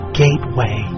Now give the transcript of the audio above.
gateway